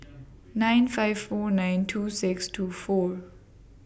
nine five four nine two six two four